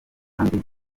kandi